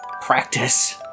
practice